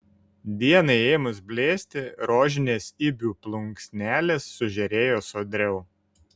dienai ėmus blėsti rožinės ibių plunksnelės sužėrėjo sodriau